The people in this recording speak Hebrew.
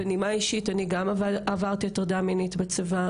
בנימה אישית אני גם עברתי הטרדה מינית בצבא,